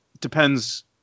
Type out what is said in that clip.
Depends